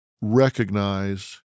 recognize